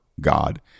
God